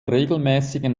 regelmäßigen